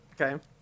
Okay